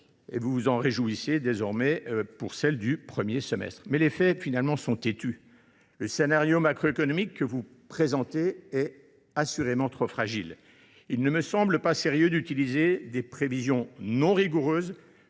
–, vous vous réjouissez désormais des chiffres du premier semestre. Cependant, les faits sont têtus : le scénario macroéconomique que vous présentez est assurément trop fragile. Il ne me semble pas sérieux d’utiliser des prévisions non rigoureuses